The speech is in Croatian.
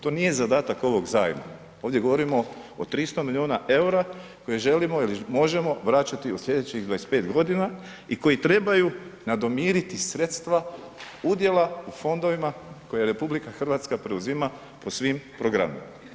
To nije zadatak ovog zajedno, ovdje govorimo o 300 miliona EUR-a koje želimo ili možemo vraćati u slijedećih 25 godina i koji trebaju nadomiriti sredstva udjela u fondovima koje RH preuzima po svim programima.